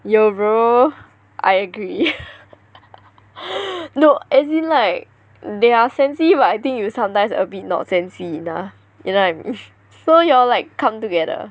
yo bro I agree no as in like they are sensy but I think you sometimes a bit not sensy enough you know what I mean so y'all like come together